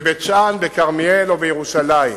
בבית-שאן, בכרמיאל או בירושלים,